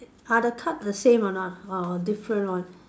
are the cards the same or not or different one